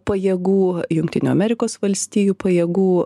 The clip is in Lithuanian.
pajėgų jungtinių amerikos valstijų pajėgų